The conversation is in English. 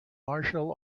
martial